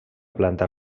planta